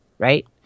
Right